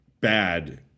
bad